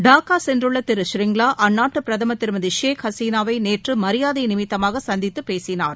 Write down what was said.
டாக்காசென்றுள்ளதிரு ஷ்ரிங்லாஅந்நாட்டுபிரதமர் திருமதிஷேக் ஹசீனாவைநேற்றுமரியாதைநிமித்தமாகசந்தித்துபேசினார்